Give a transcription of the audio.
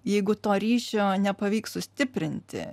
jeigu to ryšio nepavyks sustiprinti